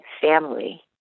family